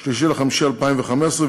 3 במאי 2015,